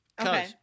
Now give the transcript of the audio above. Okay